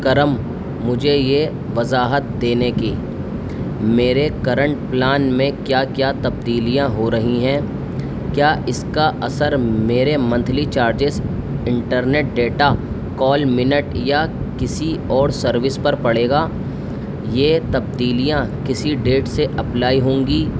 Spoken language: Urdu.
کرم مجھے یہ وضاحت دینے کی میرے کرنٹ پلان میں کیا کیا تبدیلیاں ہو رہی ہیں کیا اس کا اثر میرے monthly charges internet data call minute یا کسی اور سروس پر پڑے گا یہ تبدیلیاں کسی ڈیٹ سے اپلائی ہوں گی